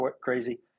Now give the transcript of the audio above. crazy